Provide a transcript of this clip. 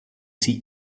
see